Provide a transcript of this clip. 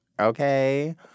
okay